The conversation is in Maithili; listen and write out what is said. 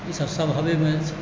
ई सब सब हवेमे छै